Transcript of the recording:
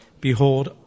Behold